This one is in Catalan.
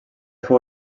fou